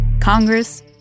Congress